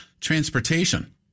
transportation